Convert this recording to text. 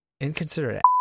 inconsiderate